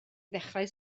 ddechrau